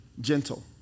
gentle